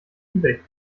ebay